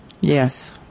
Yes